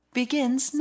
begins